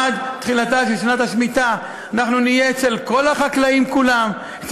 עד תחילת שנת השמיטה אנחנו נהיה אצל כל החקלאים כולם,